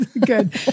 good